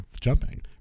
jumping